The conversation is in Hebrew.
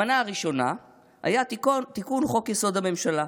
המנה הראשונה הייתה תיקון חוק-יסוד: הממשלה,